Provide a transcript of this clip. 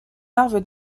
larve